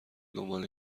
دنبال